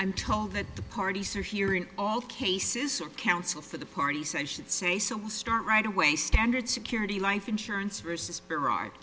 i'm told that parties are hearing all cases counsel for the parties i should say so start right away standard security life insurance versus iraq